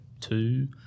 two